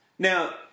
Now